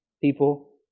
people